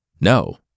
No